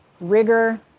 rigor